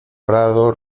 prado